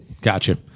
Gotcha